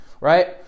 right